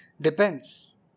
Depends